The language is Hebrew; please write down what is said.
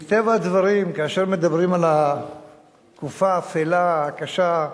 מטבע הדברים, כאשר מדברים על התקופה האפלה, הקשה,